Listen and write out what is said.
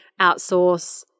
outsource